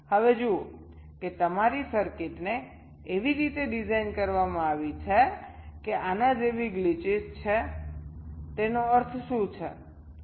હવે જુઓ કે તમારી સર્કિટને એવી રીતે ડિઝાઇન કરવામાં આવી છે કે આના જેવી ગ્લિચીસ છે તેનો અર્થ શું છે